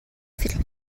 feet